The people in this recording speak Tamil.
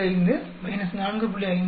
75 4